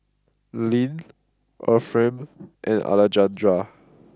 Leann Efrem and Alejandra